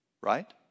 Right